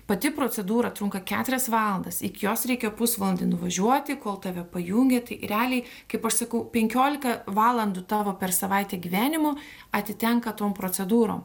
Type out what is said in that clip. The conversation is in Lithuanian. pati procedūra trunka keturias valandas iki jos reikia pusvalandį nuvažiuoti kol tave pajungia tai realiai kaip aš sakau penkiolika valandų tavo per savaitę gyvenimo atitenka tom procedūrom